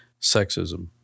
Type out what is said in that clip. Sexism